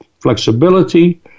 flexibility